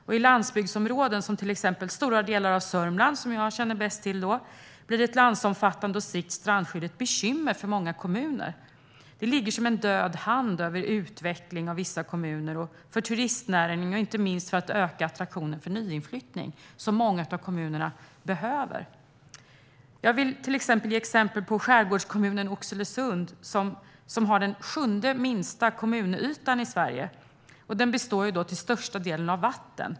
I landsbygdsområden, till exempel stora delar av Södermanland, som är det område jag känner bäst till, blir ett landsomfattande och strikt strandskydd ett bekymmer för många kommuner. Det ligger som en död hand över utveckling av vissa kommuner, över turistnäringen och inte minst över möjligheten att öka attraktionen och nyinflyttningen, vilket många av kommunerna behöver. Jag vill till exempel ta upp skärgårdskommunen Oxelösund, som har den sjunde minsta kommunytan i Sverige och till största delen består av vatten.